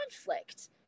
conflict